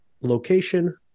location